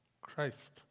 Christ